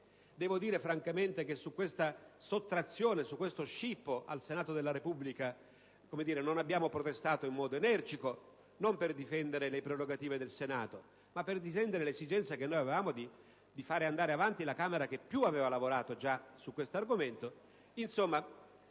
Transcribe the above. Devo dire, francamente, che su questa sottrazione e su questo scippo al Senato della Repubblica abbiamo protestato in modo energico, non per difendere le prerogative del Senato ma per l'esigenza di investire la Camera che più aveva lavorato su questo argomento.